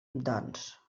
doncs